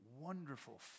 Wonderful